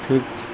ଠିକ୍